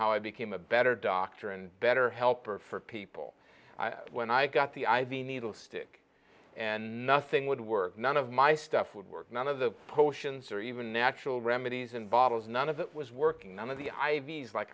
how i became a better doctor and better helper for people when i got the idea needle stick and nothing would work none of my stuff would work none of the potions or even natural remedies and bottles none of that was working none of the i v s like